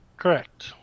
Correct